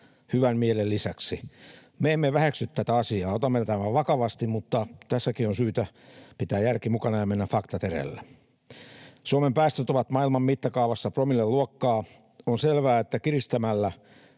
hyvän mielen lisäksi? Me emme väheksy tätä asiaa, otamme tämän vakavasti, mutta tässäkin on syytä pitää järki mukana ja mennä faktat edellä. Suomen päästöt ovat maailman mittakaavassa promilleluokkaa. On selvää, että kiristämällä